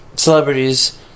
Celebrities